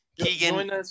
Keegan